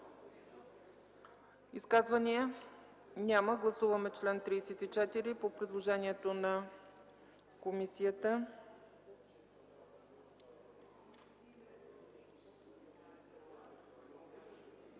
Изказвания? Няма. Гласуваме чл. 34 по предложението на комисията.